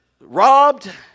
robbed